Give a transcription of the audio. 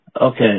Okay